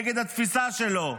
נגד התפיסה שלו,